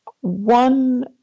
One